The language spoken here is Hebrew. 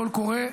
קול קורא,